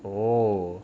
oh